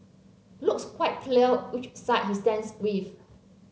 looks quite clear which side he stands with